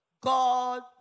God